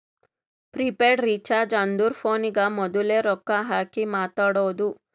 prepaid recharge ಅಂದುರ್ ಫೋನಿಗ ಮೋದುಲೆ ರೊಕ್ಕಾ ಹಾಕಿ ಮಾತಾಡೋದು